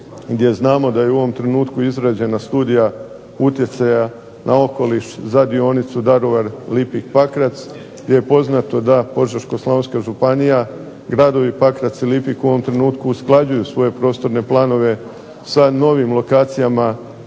gdje znamo da je u ovom trenutku izrađena studija utjecaja na okoliš za dionicu Daruvar-Lipik-Pakrac, gdje je poznato da Požeško-slavonska županija, gradovi Pakrac i Lipik u ovom trenutku usklađuju svoje prostorne planove sa novim lokacijama